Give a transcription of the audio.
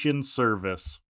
Service